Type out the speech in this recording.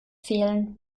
fehlen